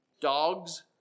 dogs